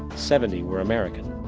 seventy were american.